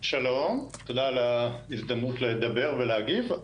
שלום ותודה על ההזדמנות לדבר ולהגיב.